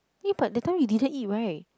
eh but that time you didn't eat right